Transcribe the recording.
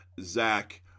Zach